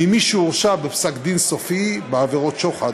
ממי שהורשע בפסק דין סופי בעבירות שוחד.